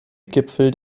gipfel